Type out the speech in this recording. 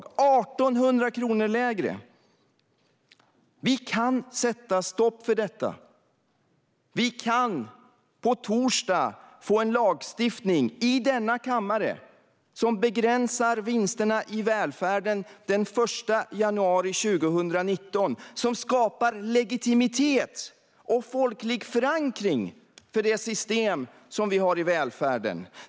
Det är 1 800 kronor mindre! Vi kan sätta stopp för detta. Vi kan på torsdag få en lagstiftning i denna kammare som begränsar vinsterna i välfärden den 1 januari 2019. Det skapar legitimitet och folklig förankring för det system vi har i välfärden.